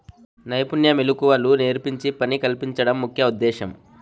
నైపుణ్య మెళకువలు నేర్పించి పని కల్పించడం ముఖ్య ఉద్దేశ్యం